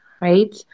right